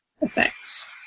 effects